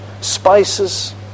spices